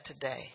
today